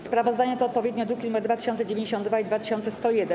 Sprawozdania to odpowiednio druki nr 2092 i 2101.